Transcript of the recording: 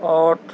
آٹھ